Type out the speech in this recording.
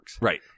Right